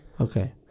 Okay